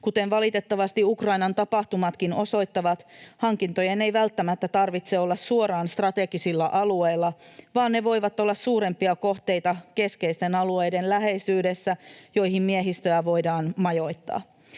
Kuten valitettavasti Ukrainan tapahtumatkin osoittavat, hankintojen ei välttämättä tarvitse olla suoraan strategisilla alueilla, vaan ne voivat olla suurempia kohteita keskeisten alueiden läheisyydessä, joihin miehistöä voidaan majoittaa.